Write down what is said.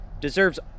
deserves